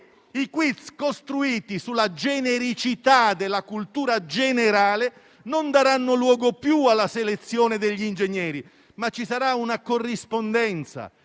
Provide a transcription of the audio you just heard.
i quiz, costruiti sulla genericità della cultura generale, non daranno luogo più alla selezione degli ingegneri, ma ci sarà una corrispondenza,